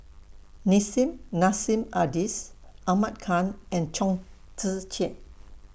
Nissim Nassim Adis Ahmad Khan and Chong Tze Chien